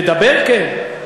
לדבר, כן.